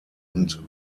und